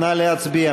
נא להצביע.